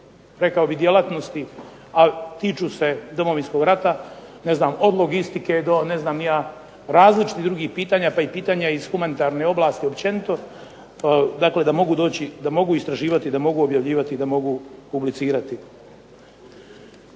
iz drugih djelatnosti a tiču se Domovinskog rata, od logistike do ne znam ni ja različitih drugih pitanja pa pitanja iz humanitarne oblasti općenito, da mogu istraživati, da mogu objavljivati, da mogu publicirati.